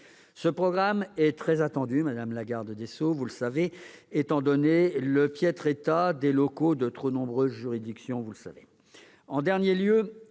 Ce programme est très attendu, madame la garde des sceaux, étant donné le piètre état des locaux de trop nombreuses juridictions. En dernier